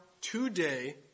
today